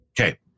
Okay